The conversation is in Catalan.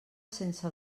sense